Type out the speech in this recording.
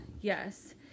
yes